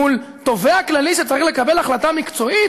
מול תובע כללי שצריך לקבל החלטה מקצועית?